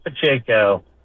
Pacheco